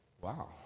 wow